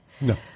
No